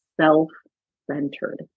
self-centered